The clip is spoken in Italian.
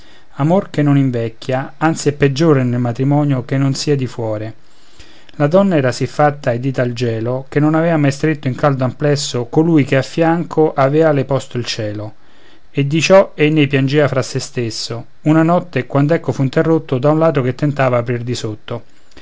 amor che non invecchia anzi è peggiore nel matrimonio che non sia di fuore la donna era sì fatta e di tal gelo che non avea mai stretto in caldo amplesso colui che a fianco aveale posto il cielo e di ciò ei ne piangea fra se stesso una notte quand'ecco fu interrotto da un ladro che tentava aprir di sotto